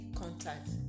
contact